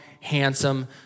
handsome